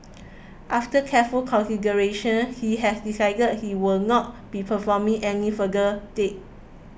after careful consideration he has decided he will not be performing any further dates